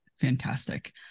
fantastic